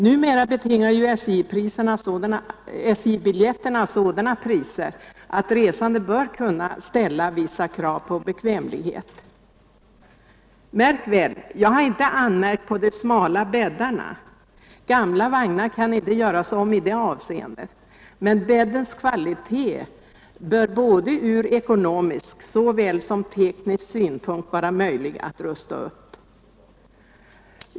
Numera betingar dessutom SJ-biljetterna sådana priser att resande bör kunna ställa vissa krav på bekvämlighet. Märk väl att jag inte har anmärkt på de smala bäddarna —- gamla vagnar kan inte göras om i det avseendet - men bäddens kvalitet bör det ju såväl från ekonomisk som teknisk synpunkt vara möjligt att förbättra.